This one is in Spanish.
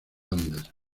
andes